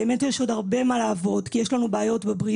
באמת יש עוד הרבה מה על מה לעבוד כי יש לנו בעיות בבריאות,